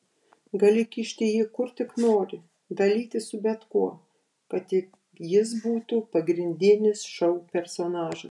gali kišti jį kur tik nori dalytis su bet kuo kad tik jis būtų pagrindinis šou personažas